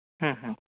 ᱦᱩᱸ ᱦᱩᱸ